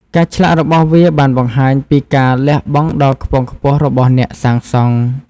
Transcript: ការឆ្លាក់របស់វាបានបង្ហាញពីការលះបង់ដ៏ខ្ពង់ខ្ពស់របស់អ្នកសាងសង់។